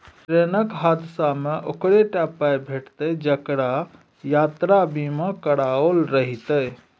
ट्रेनक हादसामे ओकरे टा पाय भेटितै जेकरा यात्रा बीमा कराओल रहितै